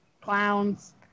Clowns